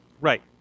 Right